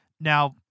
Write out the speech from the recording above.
Now